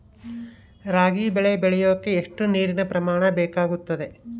ರಾಗಿ ಬೆಳೆ ಬೆಳೆಯೋಕೆ ಎಷ್ಟು ನೇರಿನ ಪ್ರಮಾಣ ಬೇಕಾಗುತ್ತದೆ?